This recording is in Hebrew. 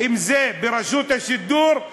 אם ברשות השידור,